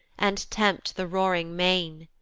and tempt the roaring main.